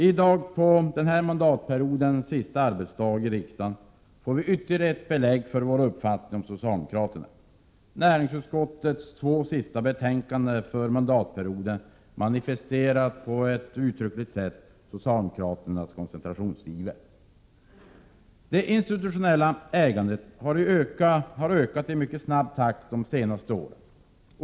I dag, på denna mandatperiods sista arbetsdag här i riksdagen, får vi ytterligare ett belägg för vår uppfattning om socialdemokraterna. Näringsutskottets två sista betänkanden för mandatperioden manifesterar på ett uttryckligt sätt socialdemokraternas koncentrationsiver. Det institutionella ägandet har ökat i mycket snabb takt de senaste åren.